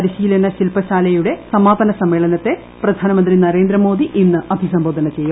പരിശീലന ശില്പശാലയുള്ളട് സ്മാ്പന സമ്മേളനത്തെ പ്രധാനമന്ത്രി നരേന്ദ്രമോദി ഇന്ന് അഭിസംബോധന ചെയ്യും